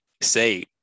say